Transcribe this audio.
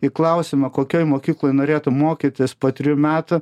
į klausimą kokioj mokykloj norėtų mokytis po trijų metų